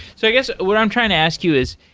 so i guess what i'm trying to ask you is